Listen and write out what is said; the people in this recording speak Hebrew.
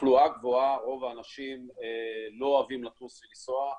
בתחלואה גבוהה רוב האנשים לא אוהבים לטוב ולנסוע.